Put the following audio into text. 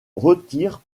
retire